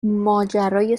ماجرای